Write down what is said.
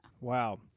Wow